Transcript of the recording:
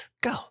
go